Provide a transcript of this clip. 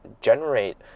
generate